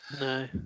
No